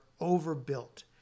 overbuilt